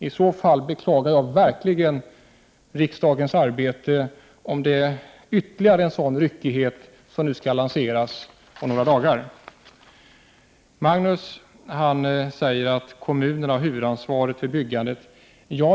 I så fall beklagar jag riksdagen, om det än en gång skall bli en sådan ryckighet om några dagar. Magnus Persson sade att kommunerna har huvudansvaret för byggandet.